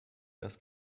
das